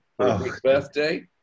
birthday